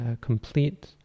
complete